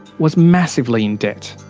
was massively in debt.